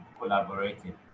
collaborating